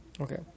Okay